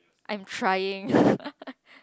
I'm trying